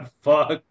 fuck